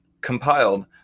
compiled